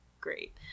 great